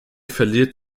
verliert